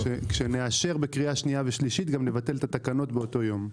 שמאשר בקריאה שנייה ושלישית לבטל את התקנות באותו יום.